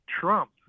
trump